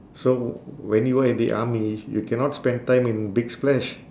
so when you were in the army you cannot spend time in big splash